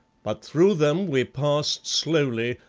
but through them we passed slowly,